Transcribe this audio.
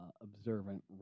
observant